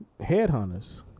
Headhunters